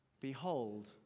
Behold